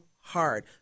hard